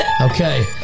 Okay